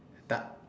stuff